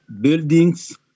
buildings